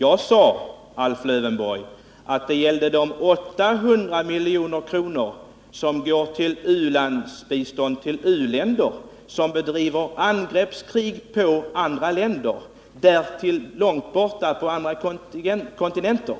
Jag sade, Alf Lövenborg, att det gällde de 800 milj.kr. som utgår som u-landsbistånd till u-länder som bedriver angreppskrig mot andra länder, därtill långt borta på andra kontinenter.